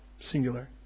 singular